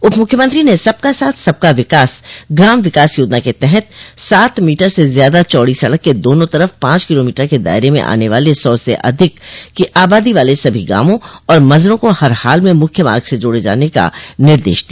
उप मुख्यमंत्री ने सबका साथ सबका विकास ग्राम विकास योजना के तहत सात मीटर से ज्यादा चौड़ी सड़क के दोनों तरफ पांच किलोमीटर के दायरे में आने वाले सौ से अधिक की आबादी वाले सभी गांवों और मजरों को हर हाल में मुख्य मार्ग से जोड़े जाने का निर्देश दिया